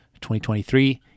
2023